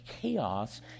chaos